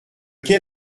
quel